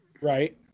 Right